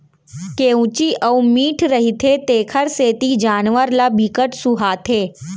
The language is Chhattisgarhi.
केंवची अउ मीठ रहिथे तेखर सेती जानवर ल बिकट सुहाथे